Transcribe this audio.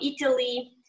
Italy